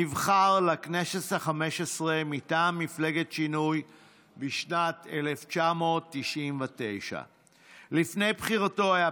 נבחר לכנסת החמש-עשרה מטעם מפלגת שינוי בשנת 1999. לפני בחירתו הוא היה